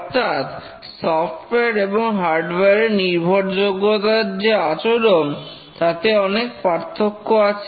অর্থাৎ সফটওয়্যার এবং হার্ডওয়ার এর নির্ভরযোগ্যতার যে আচরণ তাতে অনেক পার্থক্য আছে